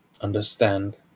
understand